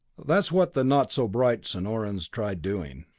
that's what the not-so-bright sonorans tried doing.